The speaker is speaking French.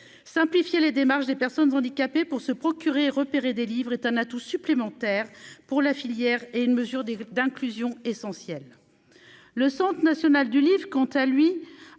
simplifier les démarches des personnes handicapées pour se procurer repéré des livres est un atout supplémentaire pour la filière est une mesure des d'inclusion essentiel, le Centre national du livre, quant à lui,